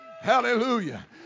Hallelujah